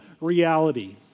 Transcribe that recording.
reality